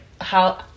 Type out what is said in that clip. how-